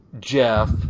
Jeff